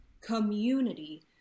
community